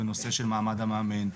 בנושא של מעמד המאמן,